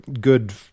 good